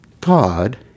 God